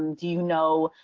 do you know?